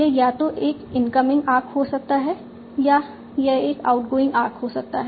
यह या तो एक इनकमिंग आर्क हो सकता है या यह एक आउटगोइंग आर्क हो सकता है